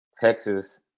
Texas